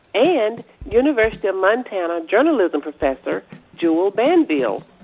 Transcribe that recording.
and university of montana journalism professor jule banville.